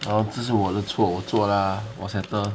哦这是我的错我做啦我 settle